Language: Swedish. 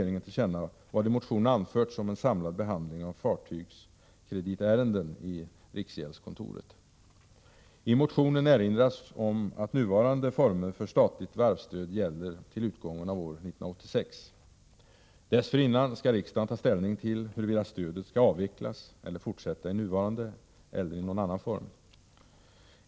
I motionen erinras om att nuvarande former för statligt varvsstöd gäller till utgången av år 1986. Dessförinnan skall riksdagen ta ställning till huruvida stödet skall avvecklas eller fortsätta i nuvarande eller i någon annan form.